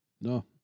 No